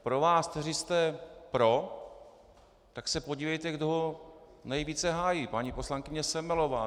Pro vás, kteří jste pro, se podívejte, kdo ho nejvíce hájí: paní poslankyně Semelová.